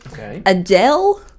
Adele